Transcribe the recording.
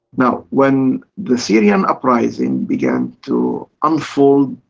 now when the syrian uprising began to unfold,